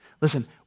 Listen